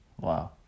Wow